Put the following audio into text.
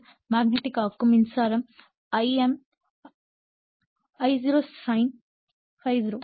இப்போது மேக்னெட்டிக் ஆக்கும் மின்சாரம் Im I0 sin ∅0